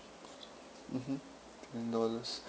mmhmm twenty dollars